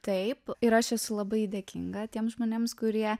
taip ir aš esu labai dėkinga tiems žmonėms kurie